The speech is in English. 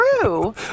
true